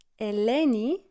Eleni